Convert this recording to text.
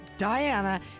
Diana